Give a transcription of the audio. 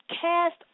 cast